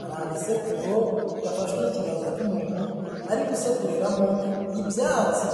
hari agasekuru gafashwe n'ikiganza cy'umuntu, ari gusekuriramo ibyatsi.